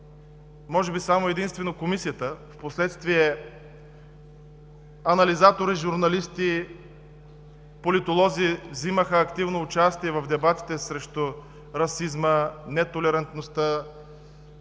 И ако преди само Комисията, а впоследствие анализатори, журналисти, политолози взимаха активно участие в дебатите срещу расизма, нетолерантността,